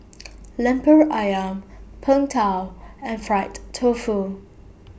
Lemper Ayam Png Tao and Fried Tofu